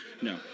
no